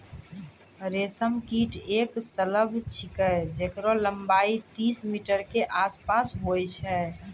रेशम कीट एक सलभ छिकै जेकरो लम्बाई तीस मीटर के आसपास होय छै